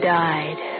died